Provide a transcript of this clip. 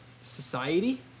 society